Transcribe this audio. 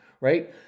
Right